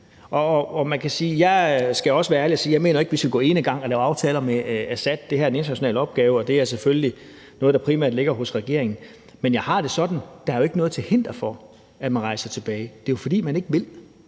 jeg skal også være ærlig og sige, at jeg ikke mener, vi skal gå enegang og lave aftaler med Assad. Det her er en international opgave, og det er selvfølgelig noget, der primært ligger hos regeringen. Men jeg har det sådan, at der jo ikke er noget til hinder for, at man rejser tilbage. Det er jo, fordi man ikke vil,